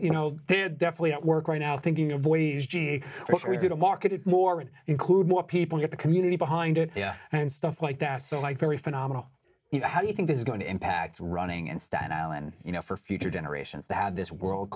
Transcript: you know they're definitely at work right now thinking avoid what we do to market it more and include more people get the community behind it and stuff like that so like very phenomenal you know how do you think this is going to impact running in staten island you know for future generations that had this world